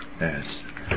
Yes